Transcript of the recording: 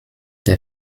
der